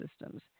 systems